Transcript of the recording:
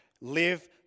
live